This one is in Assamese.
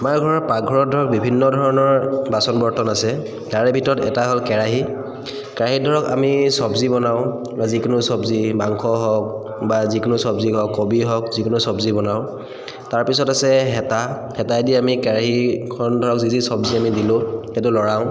আমাৰ ঘৰ পাকঘৰত ধৰক বিভিন্ন ধৰণৰ বাচন বৰ্তন আছে তাৰে ভিতৰত এটা হ'ল কেৰাহী কেৰাহিত ধৰক আমি চব্জি বনাওঁ বা যিকোনো চব্জি মাংস হওক বা যিকোনো চব্জি হওক কবি হওক যিকোনো চব্জি বনাওঁ তাৰপিছত আছে হেতা হেতাই দি আমি কেৰাহীখন ধৰক যি যি চব্জি আমি দিলোঁ সেইটো লৰাওঁ